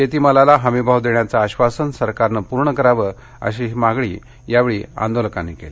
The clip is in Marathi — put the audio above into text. शेतीमालाला हमी भाव देण्याचं आश्वासन सरकारनं पूर्ण करावं अशीही मागणी यावेळी आंदोलकांनी केली